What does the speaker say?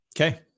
Okay